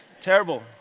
Terrible